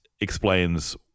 explains